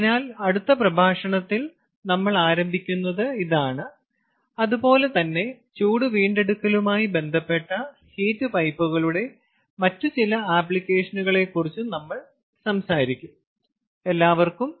അതിനാൽ അടുത്ത പ്രഭാഷണത്തിൽ നമ്മൾ ആരംഭിക്കുന്നത് ഇതാണ് അതുപോലെ തന്നെ ചൂട് വീണ്ടെടുക്കലുമായി ബന്ധപ്പെട്ട ഹീറ്റ് പൈപ്പുകളുടെ മറ്റ് ചില ആപ്ലിക്കേഷനുകളെക്കുറിച്ചും നമ്മൾ സംസാരിക്കും